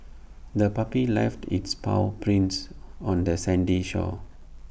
the puppy left its paw prints on the sandy shore